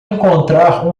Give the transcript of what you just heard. encontrar